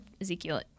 Ezekiel